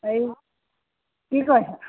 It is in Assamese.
এই কি কৰিছ